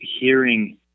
hearing